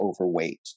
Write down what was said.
overweight